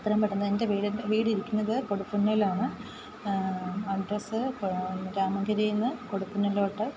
എത്രയും പെട്ടെന്ന് എൻ്റെ വീടിൻ്റെ വീടിരിക്കുന്നത് കൊടുപ്പുന്നയിലാണ് അഡ്രസ്സ് രാമൻകരയിൽ നിന്ന് കൊടുപ്പുന്നിയിലോട്ട്